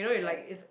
like